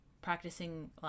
practicing